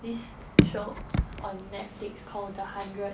this show on netflix called the hundred